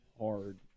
hard